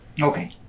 okay